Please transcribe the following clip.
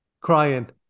crying